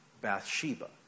Bathsheba